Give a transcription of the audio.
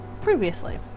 previously